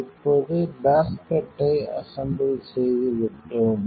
இப்போது பேஸ்கெட்டை அசெம்பிள் செய்துவிட்டோம்